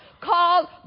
called